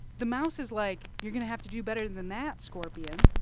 the mouse is like, you're going to have to do better than than that, scorpion.